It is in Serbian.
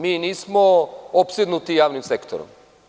Mi nismo opsednuti javnim sektorom.